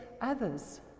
others